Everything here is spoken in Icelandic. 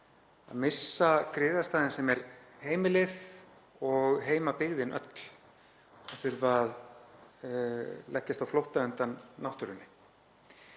að missa griðastaðinn sem er heimilið og heimabyggðin öll; að þurfa að leggjast á flótta undan náttúrunni,